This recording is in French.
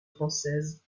française